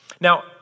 Now